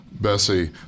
Bessie